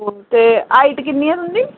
ओह् ते हाईट किन्नी ऐ तुं'दी